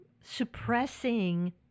suppressing